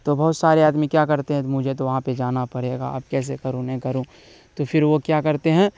تو بہت سارے آدمی کیا کرتے ہیں تو مجھے تو وہاں پہ جانا پرے گا اب کیسے کروں نہیں کروں تو پھر وہ کیا کرتے ہیں